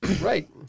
Right